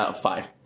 Five